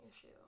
issue